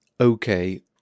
Okay